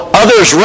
others